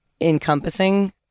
encompassing